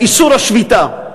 ואיסור השביתה.